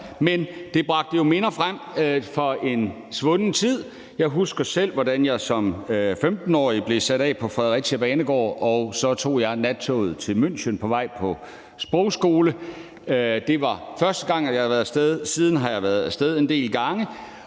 men det bragte jo minder frem fra en svunden tid. Jeg husker selv, hvordan jeg som 15-årig blev sat af på Fredericia banegård, og så tog jeg nattoget til München på vej til sprogskole. Det var første gang, jeg var af sted; siden har jeg været af sted en del gange